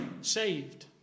saved